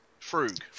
Frug